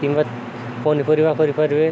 କିମ୍ବା ପନିପରିବା କରିପାରିବେ